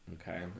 Okay